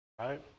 right